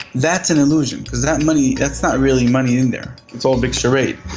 that's an illusion because that money, that's not really money in there, it's all a big charade.